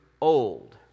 old